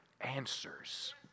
answers